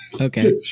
okay